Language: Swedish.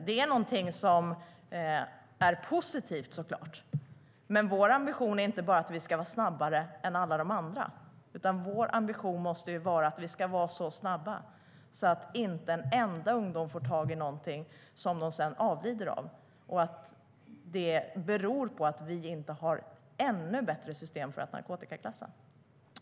Det är såklart positivt, men vår ambition är inte bara att vi ska vara snabbare än alla de andra utan att vi ska vara så snabba att inte en enda ungdom får tag i någonting som de sedan avlider av för att vi inte har ännu bättre system för narkotikaklassning.